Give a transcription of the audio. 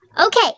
Okay